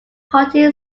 party